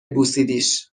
بوسیدیش